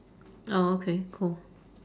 oh okay cool